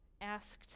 asked